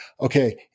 okay